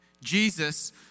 Jesus